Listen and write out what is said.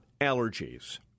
allergies